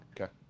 okay